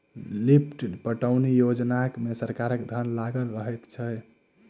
lift पटौनी योजना मे सरकारक धन लागल रहैत छै